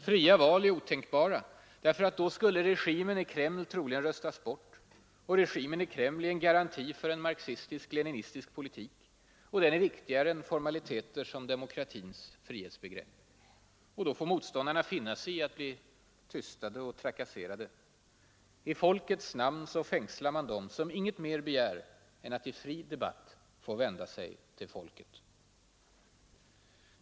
Fria val är otänkbara, därför att då skulle regimen i Kreml troligen röstas bort. Och regimen i Kreml är en garanti för en marxistisk-leninistisk politik, och den är viktigare än formaliteter som demokratins frihetsbegrepp. Då får motståndarna finna sig i att bli tystade och trakasserade. I folkets namn fängslar man dem som inget mer begär än att i fri debatt få vända sig till folket.